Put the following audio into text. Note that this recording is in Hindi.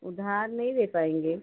उधार नहीं दे पाएँगे